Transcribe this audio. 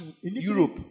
Europe